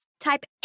type